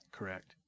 Correct